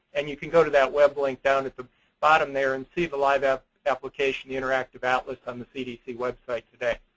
and you can go to that web link down at the bottom there, and see the live application, the interactive atlas on the cdc website today.